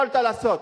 יכולת לעשות.